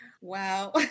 Wow